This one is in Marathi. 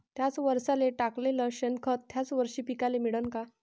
थ्याच वरसाले टाकलेलं शेनखत थ्याच वरशी पिकाले मिळन का?